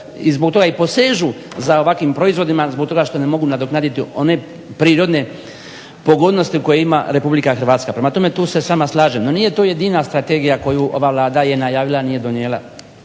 i zbog toga posežu za ovakvim proizvodima zbog toga što ne mogu nadoknaditi one prirodne pogodnosti koje ima RH. prema tome tu se s vama slažem. No nije to jedina strategija koju ova Vlada je najavila a nije donijela.